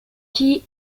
qui